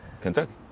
Kentucky